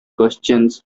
questions